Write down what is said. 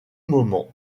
moment